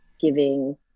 giving